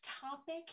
topic